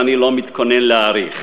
ואני לא מתכונן להאריך.